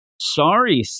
Sorry